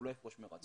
הוא לא יפרוש מרצון.